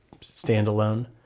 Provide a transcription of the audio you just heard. standalone